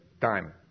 time